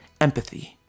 Empathy